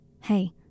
Hey